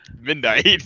midnight